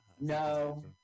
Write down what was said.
No